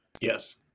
Yes